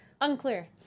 Unclear